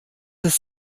ist